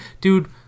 dude